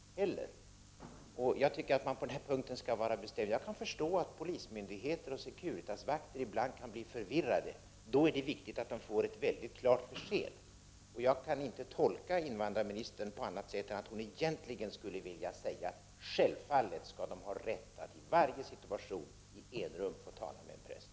Jag tycker att man på den här punkten skall vara bestämd. Jag kan förstå att polismyndigheter och Securitasvakter ibland kan bli förvirrade. Då är det viktigt att de får ett mycket klargörande besked. Jag kan inte tolka invandrarministern på annat sätt än att hon egentligen skulle vilja säga: Självfallet skall man ha rätt att i varje situation i enrum få tala med en präst.